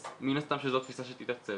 אז מן הסתם שזו תפיסה שתתעצב.